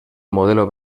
modelo